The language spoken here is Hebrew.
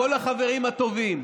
כל החברים הטובים.